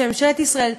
שממשלת ישראל,